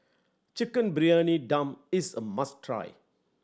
Chicken Briyani Dum is a must try